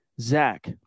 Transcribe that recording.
Zach